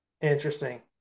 interesting